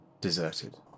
deserted